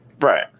Right